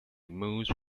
moose